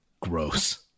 gross